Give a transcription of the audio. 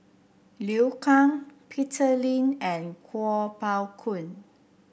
Liu Kang Peter Lee and Kuo Pao Kun